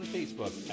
Facebook